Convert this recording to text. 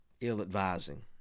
ill-advising